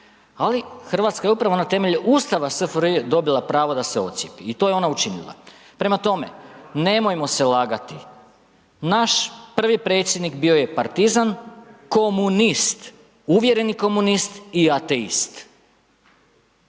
ali RH je upravo na temelju ustava SFRJ dobila pravo da se odcijepi i to je ona učinila. Prema tome, nemojmo se lagati, naš prvi predsjednik bio je partizan komunist, uvjereni komunist i ateist,